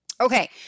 Okay